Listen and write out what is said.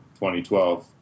2012